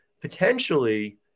potentially